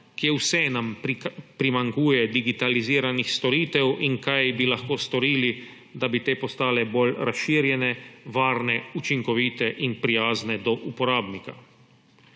kje vse nam primanjkuje digitaliziranih storitev in kaj bi lahko storili, da bi te postale bolj razširjene, varne, učinkovite in prijazne do uporabnika.